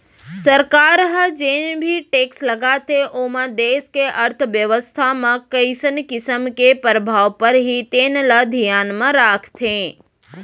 सरकार ह जेन भी टेक्स लगाथे ओमा देस के अर्थबेवस्था म कइसन किसम के परभाव परही तेन ल धियान म राखथे